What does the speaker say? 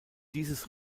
dieses